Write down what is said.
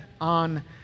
on